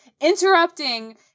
interrupting